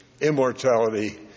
immortality